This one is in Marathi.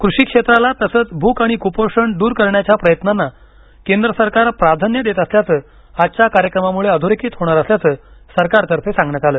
कृषी क्षेत्राला तसंच भूक आणि कुपोषण दूर करण्याच्या प्रयत्नांना केंद्र सरकार प्राधान्य देत असल्याचं आजच्या कार्यक्रमामुळे अधोरेखित होणार असल्याचं सरकारतर्फे सांगण्यात आलं